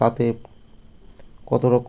তাতে কতো রকম